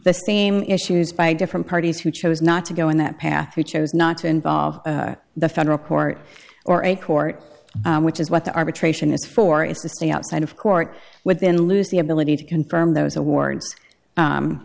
the same issues by different parties who chose not to go in that path we chose not to involve the federal court or a court which is what the arbitration is for is just outside of court would then lose the ability to confirm those awards